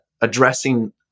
addressing